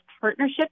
Partnerships